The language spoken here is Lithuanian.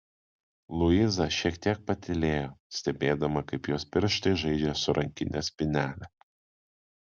luiza šiek tiek patylėjo stebėdama kaip jos pirštai žaidžia su rankinės spynele